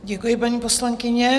Děkuji, paní poslankyně.